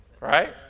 Right